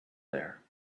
there